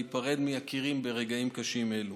להיפרד מיקיריהם ברגעים קשים אלו.